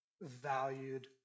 valued